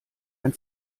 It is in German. ein